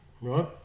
right